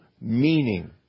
meaning